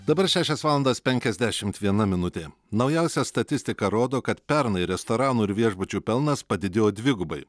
dabar šešios valandos penkiasdešimt viena minutė naujausia statistika rodo kad pernai restoranų ir viešbučių pelnas padidėjo dvigubai